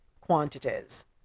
quantities